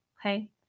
Okay